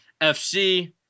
FC